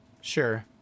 Sure